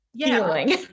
feeling